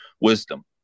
wisdom